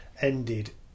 ended